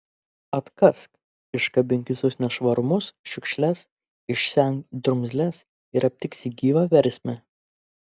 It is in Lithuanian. atkask iškabink visus nešvarumus šiukšles išsemk drumzles ir aptiksi gyvą versmę